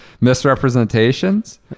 misrepresentations